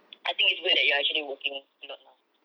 I think it's good that you are actually working a lot now